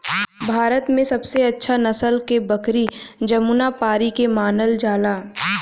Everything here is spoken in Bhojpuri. भारत में सबसे अच्छा नसल के बकरी जमुनापारी के मानल जाला